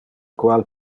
qual